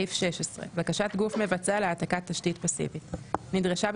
בקשת גוף מבצע להעתקת תשתית פסיבית 16. נדרשה,